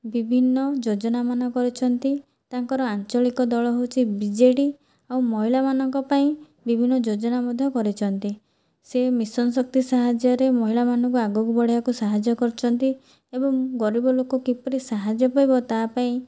ବିଭିନ୍ନ ଯୋଜନାମାନ କରିଛନ୍ତି ତାଙ୍କର ଆଞ୍ଚଳିକ ଦଳ ହେଉଛି ବିଜେଡ଼ି ଆଉ ମହିଳାମାନଙ୍କ ପାଇଁ ବିଭିନ୍ନ ଯୋଜନା ମଧ୍ୟ କରିଛନ୍ତି ସେ ମିଶନ ଶକ୍ତି ସାହାଯ୍ୟରେ ମହିଳାମାନଙ୍କୁ ଆଗକୁ ବଢ଼ିବାକୁ ସାହାଯ୍ୟ କରିଛନ୍ତି ଏବଂ ଗରିବ ଲୋକ କିପରି ସାହାଯ୍ୟ ପାଇବ ତା ପାଇଁ